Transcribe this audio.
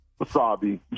wasabi